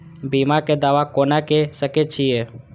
बीमा के दावा कोना के सके छिऐ?